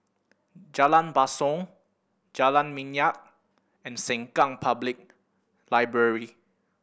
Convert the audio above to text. Jalan Basong Jalan Minyak and Sengkang Public Library